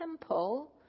temple